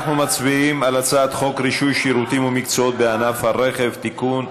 אנחנו מצביעים על הצעת חוק רישוי שירותים ומקצועות בענף הרכב (תיקון),